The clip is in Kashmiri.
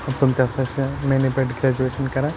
تِم تہِ ہسا چھِ میٛٲنی پٲٹھۍ گریجویشن کَران